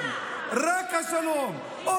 איך אתה יכול להשוות?